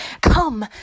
come